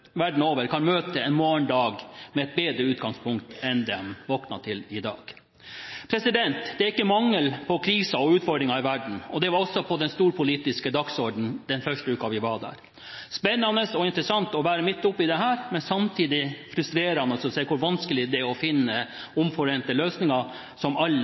møte en morgendag med et bedre utgangspunkt enn det de våknet til i dag. Det er ikke mangel på kriser og utfordringer i verden. Det var også på den storpolitiske dagsordenen den første uken vi var der. Spennende og interessant var det å være midt oppe i dette, men samtidig frustrerende å se hvor vanskelig det er å finne omforente løsninger som alle